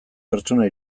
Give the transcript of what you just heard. pertsona